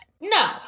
no